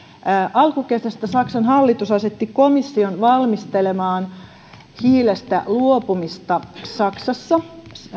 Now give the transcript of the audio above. alkukesästä saksan hallitus asetti komission valmistelemaan hiilestä luopumista saksassa